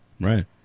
Right